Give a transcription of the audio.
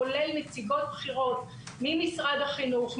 כולל נציגות בכירות ממשרד החינוך,